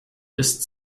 ist